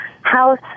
house